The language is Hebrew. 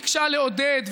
ביקשה לעודד,